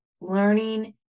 learning